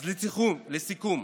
אז לסיכום,